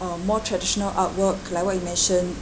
um more traditional artwork like what you mentioned